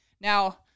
Now